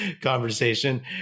conversation